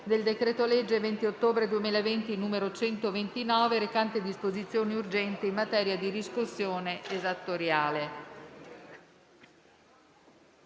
del decreto-legge 20 ottobre 2020, n. 129, recante disposizioni urgenti in materia di riscossione esattoriale»